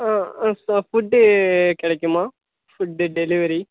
ஆ ஆ sir food கிடைக்குமா food delivery